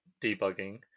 debugging